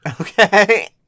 Okay